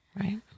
Right